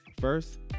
First